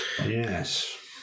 Yes